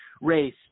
race